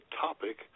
topic